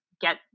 get